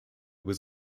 was